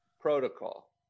Protocol